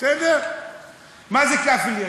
מה זה "קאפל יתים"?